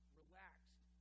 relaxed